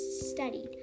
studied